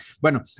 Bueno